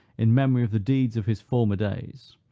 in memory of the deeds of his former days,